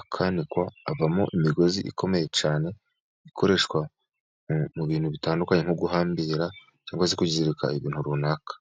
akanikwa avamo imigozi ikomeye cyane, ikoreshwa mu bintu bitandukanye nko guhambira, cyangwa se kuzirika ibintu runaka.